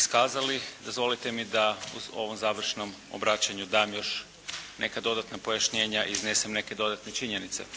iskazali dozvolite mi da u ovom završnom obraćanju dam još neka dodatna pojašnjenja i iznesem neke dodatne činjenice.